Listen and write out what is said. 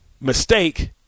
mistake